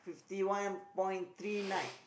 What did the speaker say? fifty one point three nine